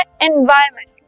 environment